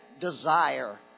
desire